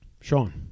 Sean